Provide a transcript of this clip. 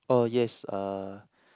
oh yes uh